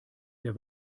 der